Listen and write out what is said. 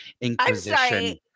inquisition